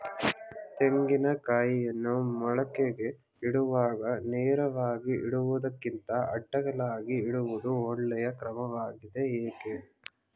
ತೆಂಗಿನ ಕಾಯಿಯನ್ನು ಮೊಳಕೆಗೆ ಇಡುವಾಗ ನೇರವಾಗಿ ಇಡುವುದಕ್ಕಿಂತ ಅಡ್ಡಲಾಗಿ ಇಡುವುದು ಒಳ್ಳೆಯ ಕ್ರಮವಾಗಿದೆ ಏಕೆ?